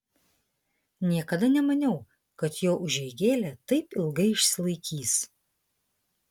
niekada nemaniau kad jo užeigėlė taip ilgai išsilaikys